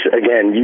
again